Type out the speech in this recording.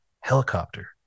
helicopter